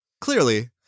Clearly